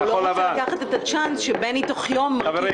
הוא לא רצה לקחת את הצ'אנס שבני תוך יום מרכיב